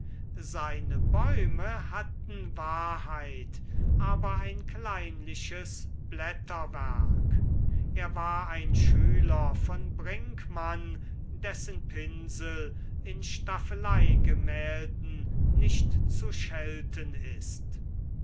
seine bäume hatten wahrheit aber ein kleinliches blätterwerk er war ein schüler von brinckmann dessen pinsel in staffeleigemälden nicht zu schelten ist